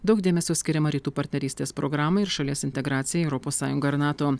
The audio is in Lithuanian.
daug dėmesio skiriama rytų partnerystės programai ir šalies integracijai į europos sąjungą ir nato